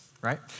right